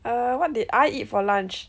err what did I eat for lunch